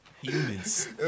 Humans